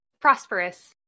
Prosperous